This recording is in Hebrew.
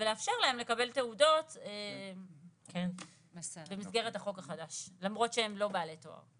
ולאפשר להם לקבל תעודות במסגרת החוק החדש למרות שהם לא בעלי תואר.